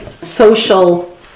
social